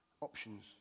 options